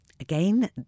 Again